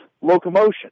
locomotion